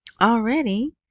already